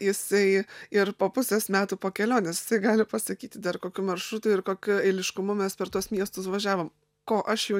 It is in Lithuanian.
jisai ir po pusės metų po kelionės gali pasakyti dar kokiu maršrutu ir kokiu eiliškumu mes per tuos miestus važiavom ko aš jau